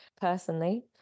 personally